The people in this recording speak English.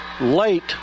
late